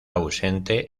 ausente